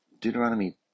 Deuteronomy